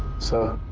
sir,